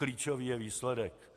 Klíčový je výsledek.